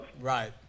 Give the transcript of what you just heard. right